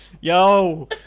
Yo